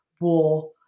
war